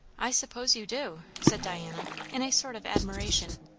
i suppose you do! said diana, in a sort of admiration.